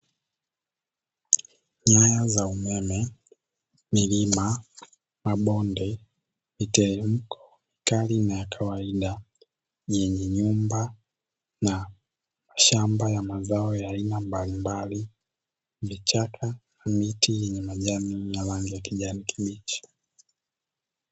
Nyaya za umeme, milima, mabonde, miteremko mikali na ya kawaida, yenye nyumba na shamba la mazao ya aina mbalimbali, vichaka, miti yenye majani ya rangi ya kijani kibichi.